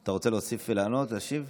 אתה רוצה להוסיף, לענות, להשיב?